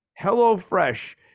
HelloFresh